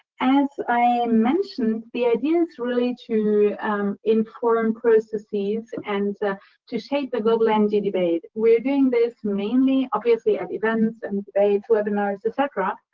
as i mentioned, the idea's really to inform processes and to shape the global energy debate. we're doing this, mainly, obviously, at events and debates, webinars, et cetera,